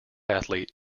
athlete